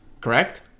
correct